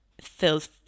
feels